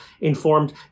informed